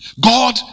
God